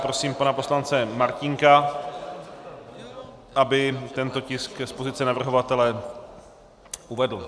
Prosím pana poslance Martínka, aby tento tisk z pozice navrhovatele uvedl.